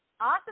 Awesome